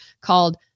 called